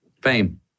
Fame